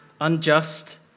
unjust